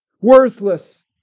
worthless